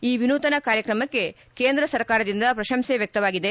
ಈ ವಿನೂತನ ಕಾರ್ಯಕ್ರಮಕ್ಕೆ ಕೇಂದ್ರ ಸರ್ಕಾರದಿಂದ ಪ್ರಶಂಸೆ ವ್ವಕ್ತವಾಗಿದೆ